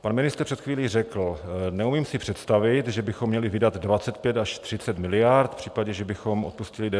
Pan ministr před chvílí řekl: Neumím si představit, že bychom měli vydat 25 až 30 miliard v případě, že bychom odpustili DPH.